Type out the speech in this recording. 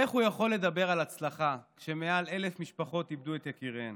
איך הוא יכול לדבר על הצלחה כשיותר מ-1,000 משפחות איבדו את יקיריהן?